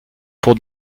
pour